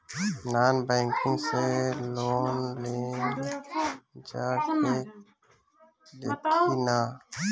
Non banking से loan लेल जा ले कि ना?